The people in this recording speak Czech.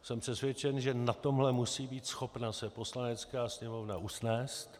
Jsem přesvědčen, že na tomhle musí být schopna Poslanecká sněmovna se usnést.